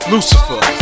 Lucifer